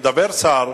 מדבר שר,